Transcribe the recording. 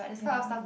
ya